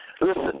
Listen